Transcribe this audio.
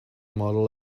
model